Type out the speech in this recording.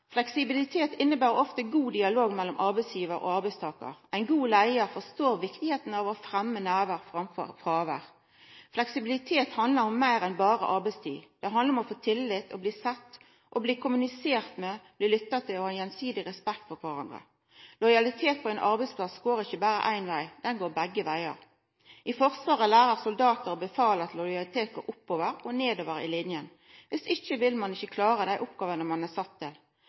Fleksibilitet inneber ofte god dialog mellom arbeidsgivar og arbeidstakar. Ein god leiar forstår viktigheita av å fremja nærvær framfor fråvær. Fleksibilitet handlar om meir enn berre arbeidstid. Det handlar om å få tillit, bli sett, bli kommunisert med, bli lytta til og om å ha gjensidig respekt for kvarandre. Lojalitet på ein arbeidsplass går ikkje berre éin veg – den går begge vegar. I Forsvaret lærer soldatar og befal at lojalitet går oppover og nedover i lina. Viss ikkje vil ein ikkje klara dei oppgåvene ein er sett